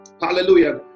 hallelujah